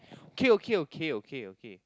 okay okay okay okay okay